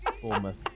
Bournemouth